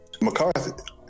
McCarthy